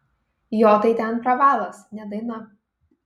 jo tai ten pravalas ne daina